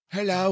Hello